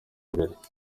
imbere